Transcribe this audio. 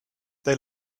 they